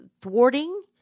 thwarting